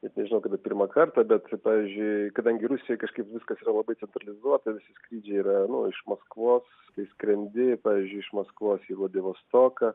net nežinau kada pirmą kartą bet pavyzdžiui kadangi rusijoj kažkaip viskas yra labai centralizuota visi skrydžiai yra nu iš maskvos kai skrendi pavyzdžiui iš maskvos į vladivostoką